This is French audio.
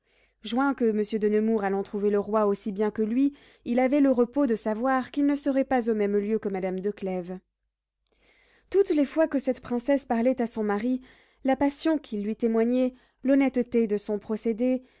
joint que monsieur de nemours allant trouver le roi aussi bien que lui il avait le repos de savoir qu'il ne serait pas au même lieu que madame de clèves toutes les fois que cette princesse parlait à son mari la passion qu'il lui témoignait l'honnêteté de son procédé